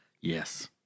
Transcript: Yes